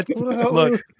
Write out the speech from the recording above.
look